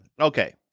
okay